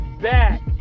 back